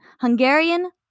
Hungarian